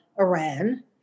Iran